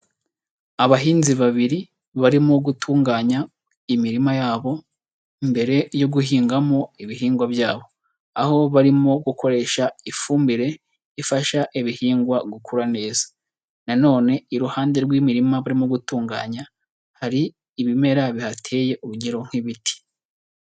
Abahinzi babiri barimo gutunganya imirima yabo mbere yo guhingamo ibihingwa byabo, aho barimo gukoresha ifumbire ifasha ibihingwa gukura neza na none iruhande rw'imirima barimo gutunganya hari ibimera bihateye urugero nk'ibiti.